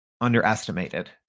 Underestimated